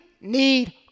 need